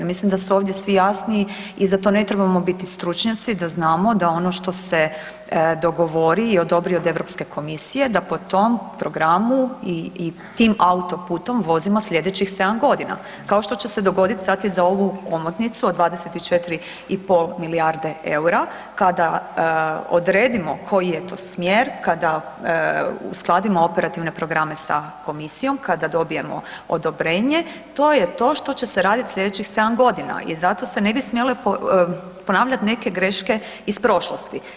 Mislim da su ovdje svi jasni i za to ne trebamo biti stručnjaci da znamo da ono što se dogovori i odobri od Europske komisije da po tom programu i tim autoputom vozimo sljedećih sedam godina, kao što će se dogoditi sad i za ovu omotnicu od 24,5 milijarde eura kada odredimo koji je to smjer, kada uskladimo operativne programe sa Komisijom, kada dobijemo odobreno to je to što će se raditi sljedećih sedam godina i zato se ne bi smjele ponavljat neke greške iz prošlosti.